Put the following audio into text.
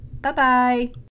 Bye-bye